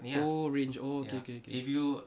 oh range oh okay okay okay